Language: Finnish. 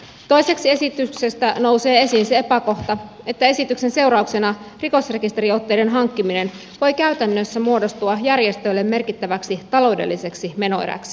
toiseksi esityksestä nousee esiin se epäkohta että esityksen seurauksena rikosrekisteriotteiden hankkiminen voi käytännössä muodostua järjestölle merkittäväksi taloudelliseksi menoeräksi